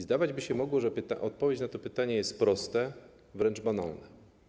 Zdawać by się mogło, że odpowiedź na to pytanie jest prosta, wręcz banalna.